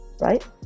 right